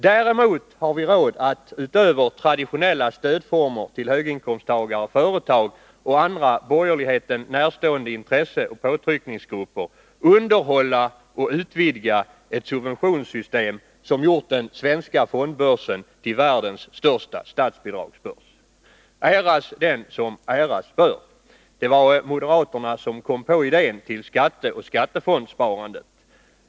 Däremot har vi råd att utöver traditionella stödformer till höginkomsttagare, företag och andra borgerligheten närstående intresseoch påtryckningsgrupper underhålla och utvidga ett subventionssystem som gjort den svenska fondbörsen till världens största statsbidragsbörs. Äras dem som äras bör. Det var moderaterna som kom på idén till skatteoch skattefondssparandet.